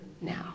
now